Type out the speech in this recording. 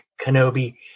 Kenobi